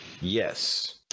Yes